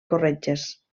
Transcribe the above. corretges